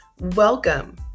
welcome